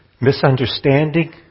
misunderstanding